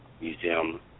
museum